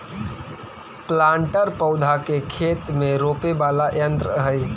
planter पौधा के खेत में रोपे वाला यन्त्र हई